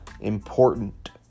important